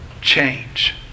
change